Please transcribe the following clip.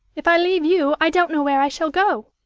if i leave you, i don't know where i shall go.